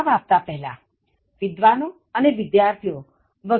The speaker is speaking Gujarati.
જવાબ આપતા પહેલા વિદ્વાનો અને વિદ્યાર્થીઓ વિ